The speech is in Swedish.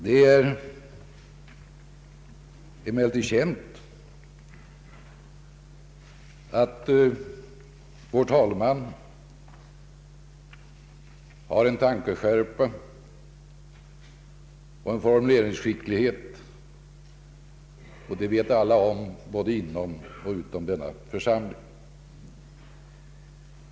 Det är emellertid känt att vår talman har en tankeskärpa och en formuleringsskicklighet, det vet alla om både inom och utom denna församling.